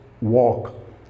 walk